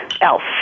else